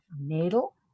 natal